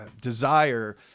desire